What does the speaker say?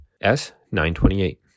S-928